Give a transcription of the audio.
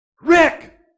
Rick